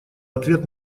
ответ